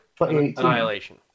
Annihilation